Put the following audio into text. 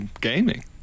gaming